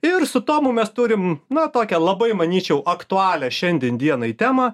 ir su tomu mes turim na tokią labai manyčiau aktualią šiandien dienai temą